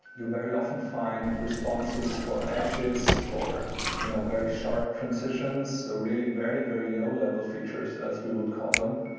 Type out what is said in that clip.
you very often find responses for edges, for you know very sharp transitions, so really very, very low-level features as we would call them.